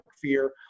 fear